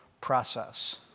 process